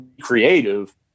creative